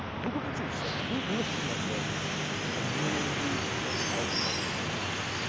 people produce some who's looking at them and really using them to help you make decisions?